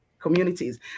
communities